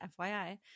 FYI